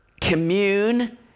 commune